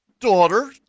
daughter